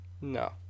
no